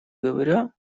говоря